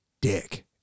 dick